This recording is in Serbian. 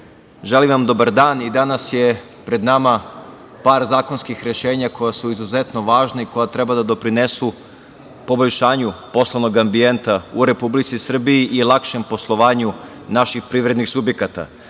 želim vam dobar dan. Danas su pred nama par zakonskih rešenja koja su izuzetno važna i koja treba da doprinesu poboljšanju poslovnog ambijenta u Republici Srbiji i lakšem poslovanju naših privrednih subjekata.